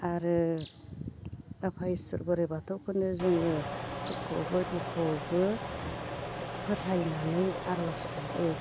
आरो आफा इसोर बोराइ बाथौखौनो जोङो सुखुआवबो दुखुआवबो फोथायनानै आरज गाबो